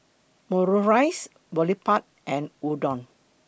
Omurice Boribap and Udon